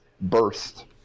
burst